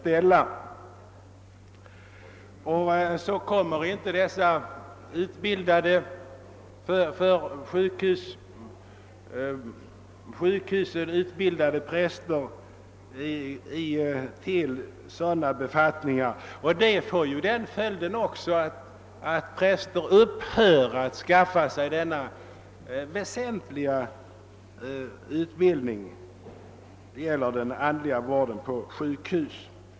Därmed kommer inte de för sjukhustjänst utbildade prästerna till sådana befattningar, vilket naturligtvis i sin tur får till följd att präster upphör att skaffa sig den utbildning som är väsentlig för den andliga vården på sjukhusen.